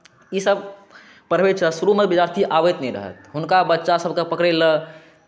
ईसभ पढ़बैत छलाह शुरूमे विद्यार्थी आबैत नहि रहए हुनका बच्चासभकेँ पकड़ै लेल